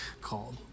called